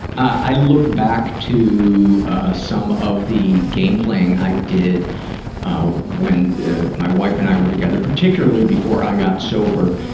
i look back to some of the game-playing i did when my wife and i were together, particularly before i got sober,